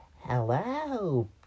Hello